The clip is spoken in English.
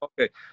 Okay